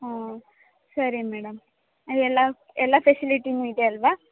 ಹಾಂ ಸರಿ ಮೇಡಮ್ ಅದೆಲ್ಲ ಎಲ್ಲ ಫೆಸಿಲಿಟಿಯೂ ಇದೆ ಅಲ್ಲವಾ